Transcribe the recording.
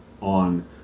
on